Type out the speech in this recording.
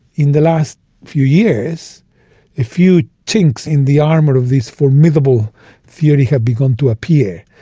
in the last few years a few chinks in the armour of this formidable theory have begun to appear.